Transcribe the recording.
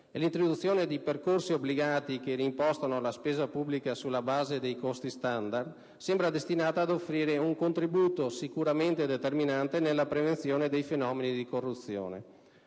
e l'introduzione di percorsi obbligati che reimpostano la spesa pubblica sulla base di criteri standard, sembra destinata a offrire un contributo sicuramente determinante nella prevenzione dei fenomeni di corruzione.